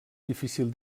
difícil